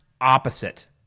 opposite